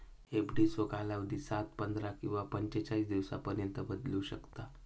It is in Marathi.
एफडीचो कालावधी सात, पंधरा किंवा पंचेचाळीस दिवसांपर्यंत बदलू शकता